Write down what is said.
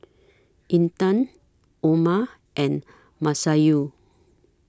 Intan Omar and Masayu